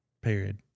Period